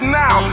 now